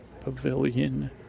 pavilion